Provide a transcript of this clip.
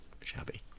shabby